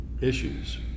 issues